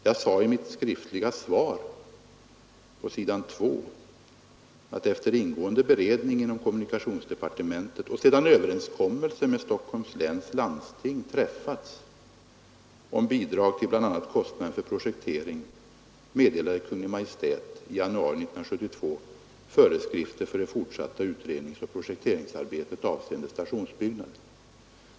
Jag sade i mitt skriftliga svar på s. 2 att efter ingående beredning inom kommunikationsdepartementet och sedan överenskommelse med Stockholms läns landsting träffats om bidrag till bl.a. kostnad för projektering meddelade Kungl. Maj:t i januari 1972 föreskrifter för det fortsatta utredningsoch projekteringsarbetet avseende stationsbygg naden.